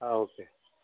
okay